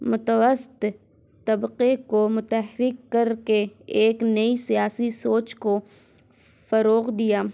متوسط طبقے کو متحرک کر کے ایک نئی سیاسی سوچ کو فروغ دیا